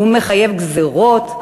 הוא מחייב גזירות,